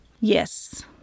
Yes